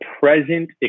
present